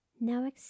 Now